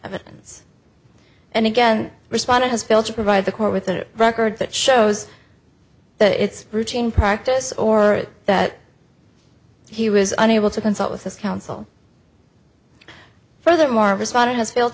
evidence and again respondent has failed to provide the court with a record that shows that it's routine practice or that he was unable to consult with his counsel furthermore responding has failed